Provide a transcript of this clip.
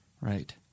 Right